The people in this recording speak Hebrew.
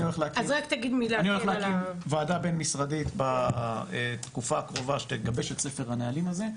אני הולך להקים ועדה בין משרדית בתקופה הקרובה שתגבש את ספר הנהלים הזה,